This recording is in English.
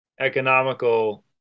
economical